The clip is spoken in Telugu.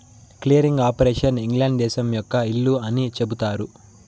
క్లియరింగ్ ఆపరేషన్ ఇంగ్లాండ్ దేశం యొక్క ఇల్లు అని చెబుతారు